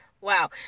Wow